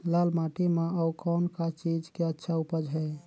लाल माटी म अउ कौन का चीज के अच्छा उपज है?